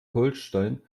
holstein